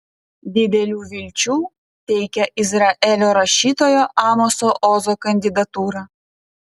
didelių vilčių teikia izraelio rašytojo amoso ozo kandidatūra